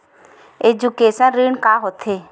Education ऋण का होथे?